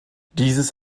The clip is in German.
dieses